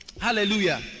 Hallelujah